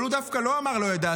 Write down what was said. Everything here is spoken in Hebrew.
אבל הוא דווקא לא אמר לא ידעתי,